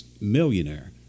millionaire